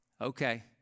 okay